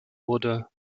wurde